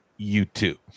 YouTube